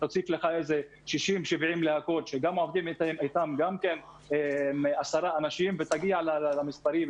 תוסיף 70-60 להקות שגם עובדים איתן 10 אנשים ותגיע למספרים.